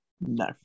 No